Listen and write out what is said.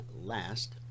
last